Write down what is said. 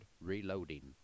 reloading